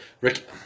Rick